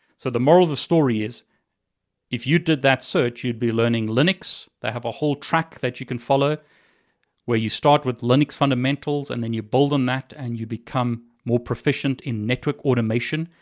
so the moral of the story is if you did that cert you'd be learning linux, they have a whole track that you can follow where you start with linux fundamentals and then you build on that and you become more proficient in network automation,